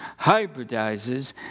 hybridizes